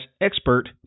expert